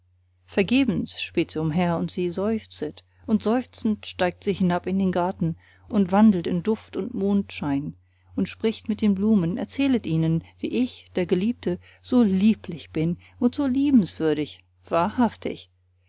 vergebens späht sie umher und sie seufzet und seufzend steigt sie hinab in den garten und wandelt in duft und mondschein und spricht mit den blumen erzählet ihnen wie ich der geliebte so lieblich bin und so liebenswürdig wahrhaftig